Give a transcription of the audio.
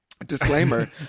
Disclaimer